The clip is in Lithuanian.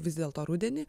vis dėlto rudenį